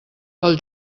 pel